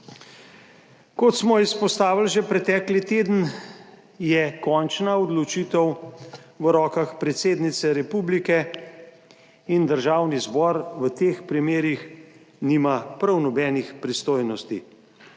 Kot smo izpostavili že pretekli teden, je končna odločitev v rokah predsednice republike in Državni zbor v teh primerih nima prav nobenih pristojnosti.